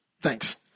Thanks